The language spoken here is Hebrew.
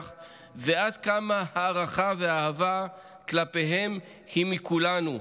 ועד כמה ההערכה והאהבה כלפיהם הן מכולנו,